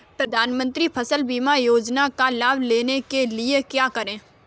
प्रधानमंत्री फसल बीमा योजना का लाभ लेने के लिए क्या करें?